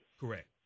correct